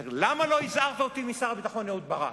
הוא אומר: למה לא הזהרת אותי משר הביטחון אהוד ברק?